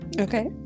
okay